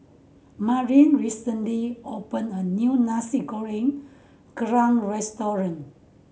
Madilyn recently opened a new Nasi Goreng Kerang restaurant